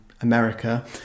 America